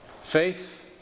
Faith